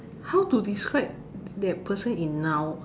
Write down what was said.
how to describe that person in noun